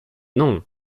non